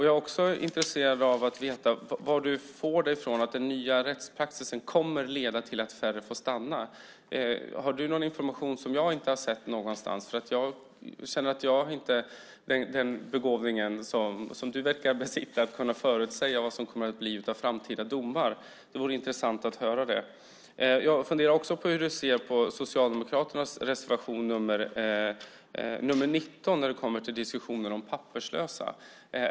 Jag är också intresserad av att veta hur Bodil Ceballos vet att den nya rättspraxisen kommer att leda till att färre får stanna. Har du någon information som jag inte har sett? Jag har inte den begåvning som du verkar besitta när det gäller att kunna förutsäga resultatet av framtida domar. Det vore intressant att höra det. Jag funderar också på hur du ser på Socialdemokraternas reservation 19 när det kommer till diskussionen om papperslösa.